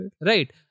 Right